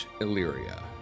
Illyria